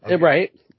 Right